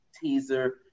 teaser